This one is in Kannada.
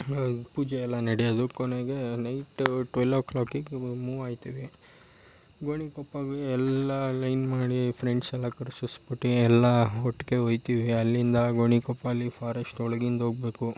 ಪೂಜೆ ಎಲ್ಲ ನಡೆಯೋದು ಕೊನೆಗೆ ನೈಟೂ ಟ್ವೆಲ್ವ್ ಓ ಕ್ಲಾಕ್ಗೆ ಮೂವ್ ಆಯ್ತದೆ ಗೋಣಿಕೊಪ್ಪಗೆ ಎಲ್ಲ ಲೈನ್ ಮಾಡಿ ಫ್ರೆಂಡ್ಸೆಲ್ಲ ಕರೆಸ್ಬಿಟ್ಟು ಎಲ್ಲ ಒಟ್ಟಿಗೆ ಒಯ್ತೀವಿ ಅಲ್ಲಿಂದ ಗೋಣಿಕೊಪ್ಪಲಿ ಫಾರೆಸ್ಟ್ ಒಳಗಿಂದ ಹೋಗ್ಬೇಕು